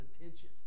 intentions